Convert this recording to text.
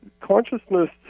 consciousness